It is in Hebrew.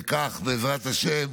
וכך, בעזרת השם,